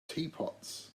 teapots